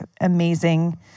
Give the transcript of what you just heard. amazing